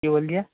कि बोललियै